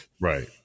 Right